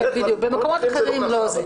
כן, בדיוק.